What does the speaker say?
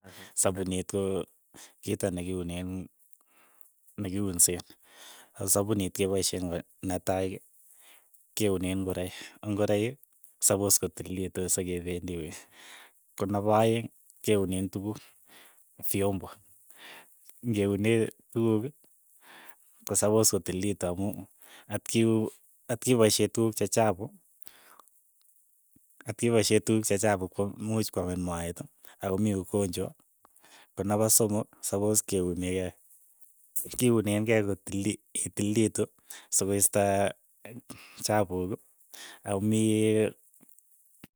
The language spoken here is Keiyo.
Sapunit ko kito nekiunen. nekiunsee. ako sapunit kepaishe eng, netai keuneen ngoroik. ngoroik sapos kotililitu sekependi wei, ko nepa aeng', keuneen tukuk, fiombo, ng'eune tukuk kosapos kotililitu amu atkiu atkipaishe tukuk che chapu, atkipaishe tukuk che chapu kwam imuuch kwamin moet, ako mii ukonchwa, konepa somoksapos keunee kei, kiuneng'ei kotililit itililitu, sokoisto. chapuuk ako mii.